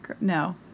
no